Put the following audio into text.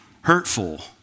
hurtful